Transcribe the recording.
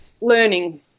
learning